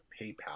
PayPal